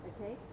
Okay